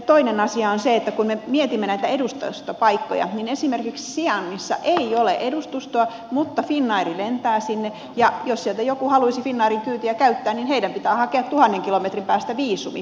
toinen asia on se että kun me mietimme näitä edustustopaikkoja niin esimerkiksi xianissa ei ole edustustoa mutta finnair lentää sinne ja jos sieltä joku haluaisi finnairin kyytiä käyttää niin heidän pitää hakea tuhannen kilometrin päästä viisumi pekingistä